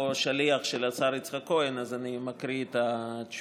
אני פה שליח של השר יצחק כהן אז אני מקריא את התשובה: